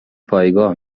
پایگاه